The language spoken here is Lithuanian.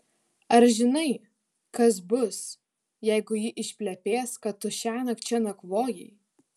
ar žinai kas bus jeigu ji išplepės kad tu šiąnakt čia nakvojai